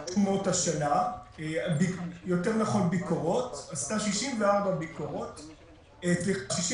יותר נכון ביקורות, עשה 64 תיקים